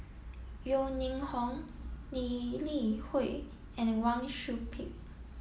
Yeo Ning Hong Lee Li Hui and Wang Sui Pick